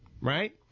right